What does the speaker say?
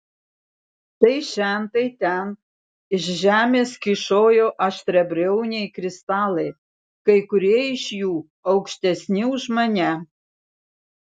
tai šen tai ten iš žemės kyšojo aštriabriauniai kristalai kai kurie iš jų aukštesni už mane